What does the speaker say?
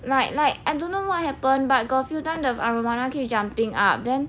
like like I don't know what happen but got a few time the arowana keep jumping up then